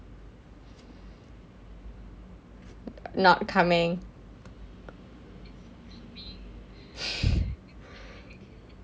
not coming